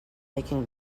making